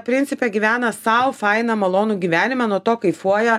principe gyvena sau fainą malonų gyvenimą nuo to kaifuoja